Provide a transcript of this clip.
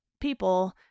people